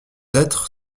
être